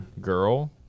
girl